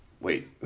Wait